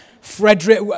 Frederick